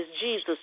Jesus